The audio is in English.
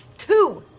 two!